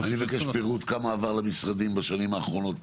אני אבקש פירוט, כמה עבר למשרדים בשנים האחרונות